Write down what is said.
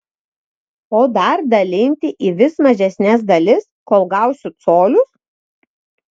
o dar dalinti į vis mažesnes dalis kol gausiu colius